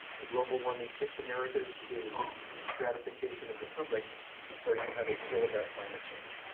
the global warming's six americas is a stratification of the public according to how they feel about climate change.